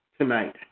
tonight